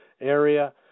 area